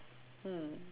mm